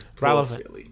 Relevant